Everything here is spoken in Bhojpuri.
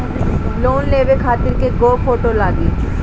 लोन लेवे खातिर कै गो फोटो लागी?